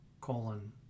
colon